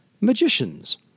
magicians